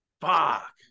Fuck